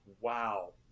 Wow